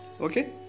Okay